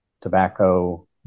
tobacco